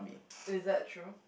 is that true